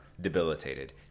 debilitated